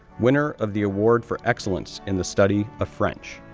winner of the award for excellence in the study of french,